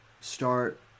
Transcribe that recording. start